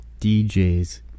DJs